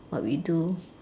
what we do